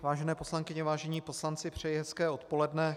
Vážené poslankyně, vážení poslanci, přeji hezké odpoledne.